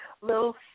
little